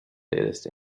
latest